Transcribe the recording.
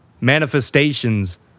manifestations